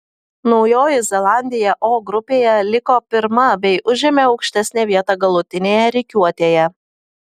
naujoji zelandija o grupėje liko pirma bei užėmė aukštesnę vietą galutinėje rikiuotėje